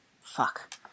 Fuck